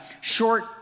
short